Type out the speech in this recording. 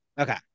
okay